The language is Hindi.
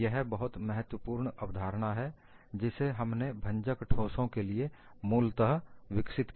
यह बहुत महत्वपूर्ण अवधारणा है जिसे हमने भंजक ठोसों के लिए मूलतः विकसित किया